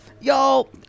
y'all